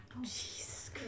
Jesus